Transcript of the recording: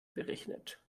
berechnet